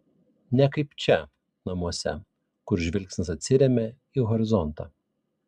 ne kaip čia namuose kur žvilgsnis atsiremia į horizontą